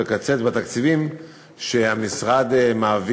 הוא לא יכול לקצץ בתקציבים שהמשרד מעביר.